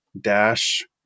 dash